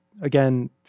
again